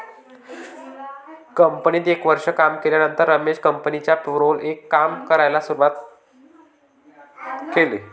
कंपनीत एक वर्ष काम केल्यानंतर रमेश कंपनिच्या पेरोल वर काम करायला शुरुवात केले